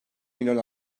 milyon